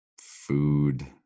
food